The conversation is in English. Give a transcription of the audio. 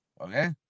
Okay